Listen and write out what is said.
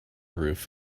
roof